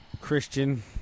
Christian